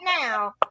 now